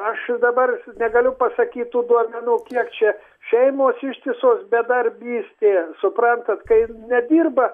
aš dabar negaliu pasakyt tų duomenų kiek čia šeimos ištisos bedarbystė suprantat kai nedirba